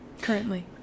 currently